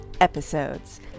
episodes